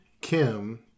Kim